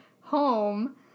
home